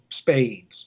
spades